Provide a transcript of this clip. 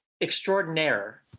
extraordinaire